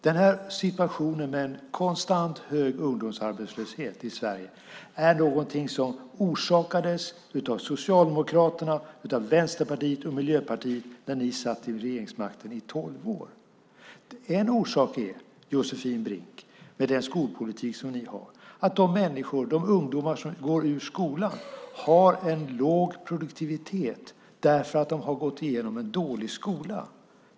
Den här situationen med en konstant hög ungdomsarbetslöshet i Sverige är någonting som orsakades av Socialdemokraterna, Vänsterpartiet och Miljöpartiet när ni i tolv år satt vid regeringsmakten. En orsak, Josefin Brink, är den skolpolitik som ni för. De ungdomar som gått ur skolan har en låg produktivitet därför att de har gått igenom en dålig skola.